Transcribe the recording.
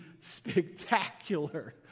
spectacular